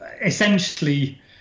essentially